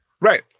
Right